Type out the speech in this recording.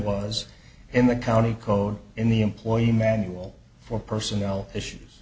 was in the county code in the employee manual for personnel issues